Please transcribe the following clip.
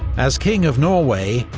as king of norway,